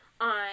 on